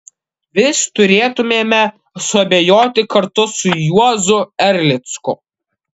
vis turėtumėme suabejoti kartu su juozu erlicku